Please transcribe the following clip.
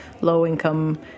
low-income